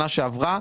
שנה שעברה,